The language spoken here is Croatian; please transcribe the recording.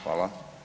Hvala.